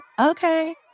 Okay